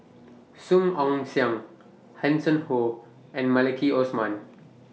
Song Ong Siang Hanson Ho and Maliki Osman